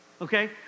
Okay